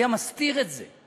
הוא היה מסתיר את זה,